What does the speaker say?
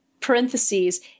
parentheses